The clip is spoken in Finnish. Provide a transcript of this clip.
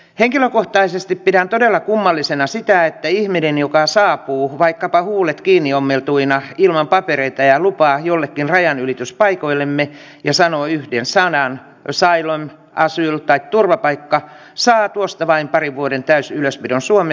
henkilökohtaisesti pidän todella kummallisena sitä että ihminen joka saapuu vaikkapa huulet kiinni ommeltuina ilman papereita ja lupaa jollekin rajanylityspaikoillenne ja sanoi piesalan sailon asyl tai turvapaikka sää tuosta vain parin vuoden täysylöspidon suomi